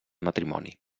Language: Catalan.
matrimoni